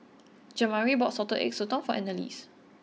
Jamari bought Salted Egg Sotong for Annalise